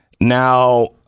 Now